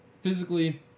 physically